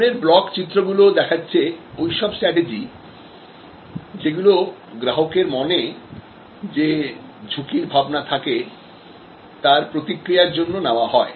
সুতরাং এই ব্লকচিত্রগুলো দেখাচ্ছে ওইসব স্ট্রাটেজি যেগুলো গ্রাহকের মনে যে ঝুঁকির ভাবনা থাকে তার প্রতিক্রিয়ার জন্য নেওয়া হয়